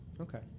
Okay